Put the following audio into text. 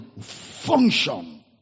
function